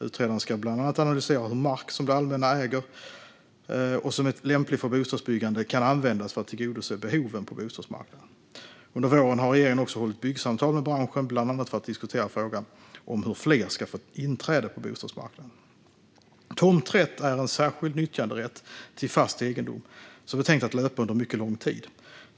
Utredaren ska bland annat analysera hur mark som det allmänna äger, och som är lämplig för bostadsbyggande, kan användas för att tillgodose behoven på bostadsmarknaden. Under våren har regeringen också hållit byggsamtal med branschen, bland annat för att diskutera frågan om hur fler ska få inträde på bostadsmarknaden. Tomträtt är en särskild nyttjanderätt till fast egendom, som är tänkt att löpa under mycket lång tid.